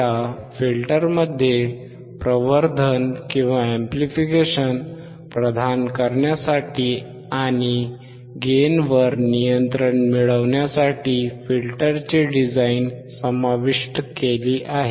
या फिल्टरमध्ये प्रवर्धन प्रदान करण्यासाठी आणि गेन वर नियंत्रण मिळवण्यासाठी फिल्टरची डिझाइन समाविष्ट केले आहे